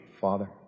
Father